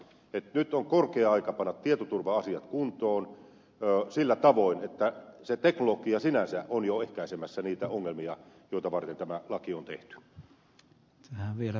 nyt on korkea aika panna tietoturva asiat kuntoon sillä tavoin että se teknologia sinänsä on jo ehkäisemässä niitä ongelmia joita varten tämä laki on tehty